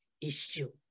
issue